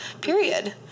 Period